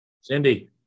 Cindy